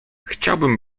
chciałbym